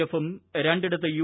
എഫും രണ്ടിടത്ത് യു